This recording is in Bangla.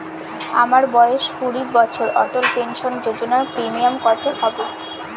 আমার বয়স কুড়ি বছর অটল পেনসন যোজনার প্রিমিয়াম কত হবে?